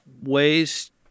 ways